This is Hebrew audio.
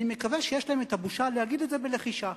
אני מקווה שיש להם הבושה להגיד את זה בלחישה.